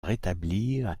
rétablir